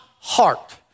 heart